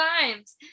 times